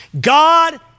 God